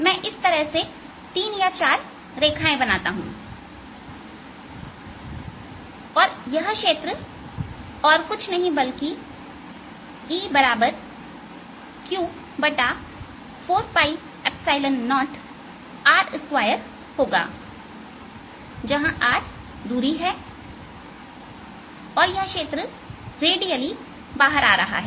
मैं इस तरह से 3 या 4 रेखाएं बनाता हूं और यह क्षेत्र और कुछ नहीं बल्कि E q40r2होगा जहां r दूरी है और यह क्षेत्र रेडियली बाहर आ रहा है